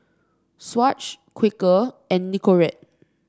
Swatch Quaker and Nicorette